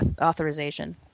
authorization